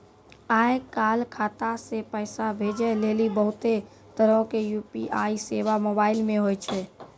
आय काल खाता से पैसा भेजै लेली बहुते तरहो के यू.पी.आई सेबा मोबाइल मे होय छै